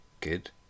good